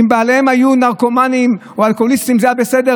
אם בעליהן היו נרקומנים או אלכוהוליסטים זה היה בסדר,